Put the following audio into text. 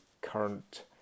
current